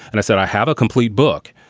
and i said, i have a complete book,